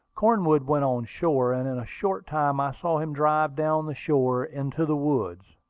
cornwood went on shore, and in a short time i saw him drive down the shore into the woods.